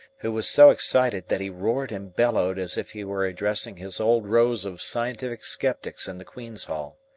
who was so excited that he roared and bellowed as if he were addressing his old rows of scientific sceptics in the queen's hall.